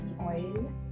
oil